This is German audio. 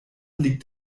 liegt